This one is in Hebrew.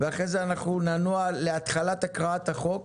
ואחרי כן אנחנו ננוע להתחלת הקראת החוק.